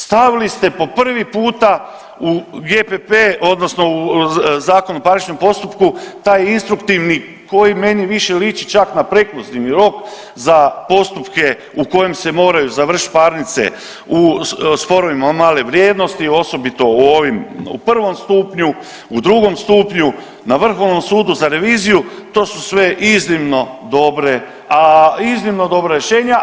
Stavili ste po prvi puta u GPP odnosno u Zakon o parničnom postupku taj instruktivni koji meni više liči čak na prekluzivni rok za postupke u kojem se moraju završiti parnice u sporovima male vrijednost, osobito u prvom stupnju, u drugom stupnju na vrhovnom sudu za reviziju to su sve iznimno dobra rješenja.